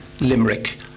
Limerick